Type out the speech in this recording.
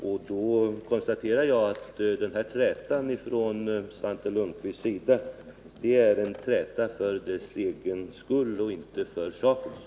Jag konstaterar att den här trätan för Svante Lundkvists vidkommande är en träta för dess egen skull och inte för sakens.